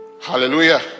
Hallelujah